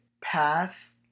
path